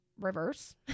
reverse